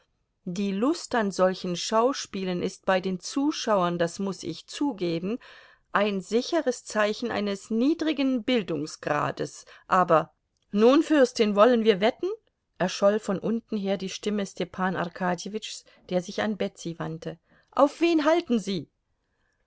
die lust an solchen schauspielen ist bei den zuschauern das muß ich zugeben ein sicheres zeichen eines niedrigen bildungsgrades aber nun fürstin wollen wir wetten erscholl von unten her die stimme stepan arkadjewitschs der sich an betsy wandte auf wen halten sie